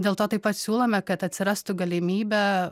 dėl to taip pat siūlome kad atsirastų galimybė